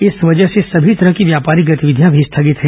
इस वजह से सभी तरह की व्यापारिक गतिविधियां भी स्थगित हैं